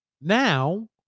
now